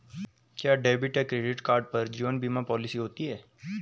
क्या डेबिट या credit card पर जीवन बीमा पॉलिसी होती है?